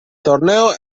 torneo